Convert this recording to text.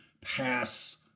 pass